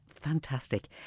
fantastic